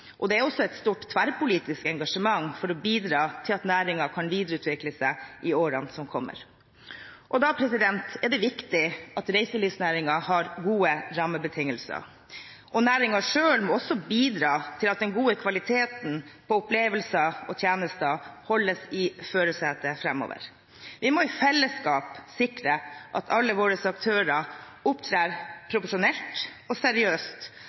og det er også et stort tverrpolitisk engasjement for å bidra til at næringen kan videreutvikle seg i årene som kommer. Og da er det viktig at reiselivsnæringen har gode rammebetingelser, og næringen selv må også bidra til at den gode kvaliteten på opplevelser og tjenester holdes i førersetet framover. Vi må i fellesskap sikre at alle våre aktører opptrer profesjonelt og seriøst,